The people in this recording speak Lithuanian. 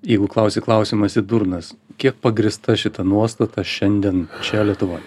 jeigu klausi klausimą esi durnas kiek pagrįsta šita nuostata šiandien čia lietuvoj